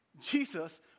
Jesus